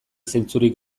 zentzurik